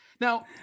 Now